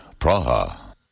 Praha